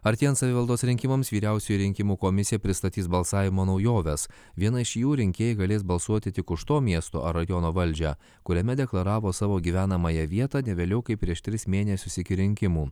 artėjant savivaldos rinkimams vyriausioji rinkimų komisija pristatys balsavimo naujoves vieną iš jų rinkėjai galės balsuoti tik už to miesto rajono valdžią kuriame deklaravo savo gyvenamąją vietą ne vėliau kaip prieš tris mėnesius iki rinkimų